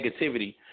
negativity